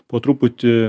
po truputį